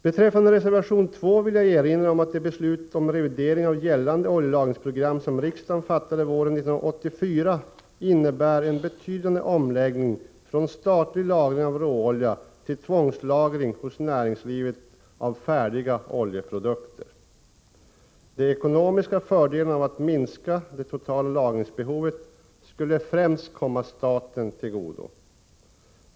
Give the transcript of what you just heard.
Beträffande reservation 2 vill jag erinra om att det beslut om revidering av gällande oljelagringsprogram som riksdagen fattade våren 1984 innebär en betydande omläggning från statlig lagring av råolja till tvångslagring hos näringslivet av färdiga oljeprodukter. De ekonomiska fördelarna av att minska det totala lagringsbehovet skulle komma främst staten till godo.